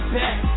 back